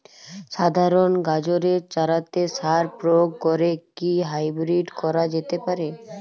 সাধারণ গাজরের চারাতে সার প্রয়োগ করে কি হাইব্রীড করা যেতে পারে?